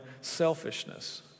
selfishness